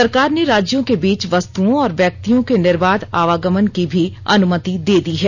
सरकार ने राज्यों के बीच वस्तुओं और व्यक्तियों की निर्बाध आवागमन की भी अनुमति दे दी है